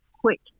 quick –